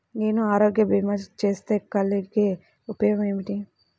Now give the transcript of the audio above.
నేను ఆరోగ్య భీమా చేస్తే కలిగే ఉపయోగమేమిటీ?